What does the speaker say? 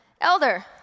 Elder